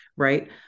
Right